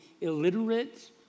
illiterate